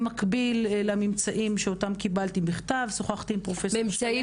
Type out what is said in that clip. במקביל לממצאים שאותם קבלתי בכתב שוחחתי עם פרופסור שלו.